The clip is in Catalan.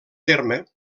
terme